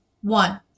one